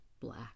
black